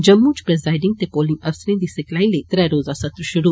जम्मू च प्रिजाइडिंग ते पौलिंग अफसरे दी सिखलाई लेई त्रै रोजा सत्र् शुरु